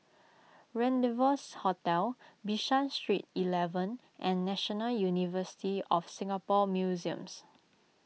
Rendezvous Hotel Bishan Street eleven and National University of Singapore Museums